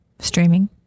Streaming